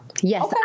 Yes